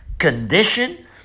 condition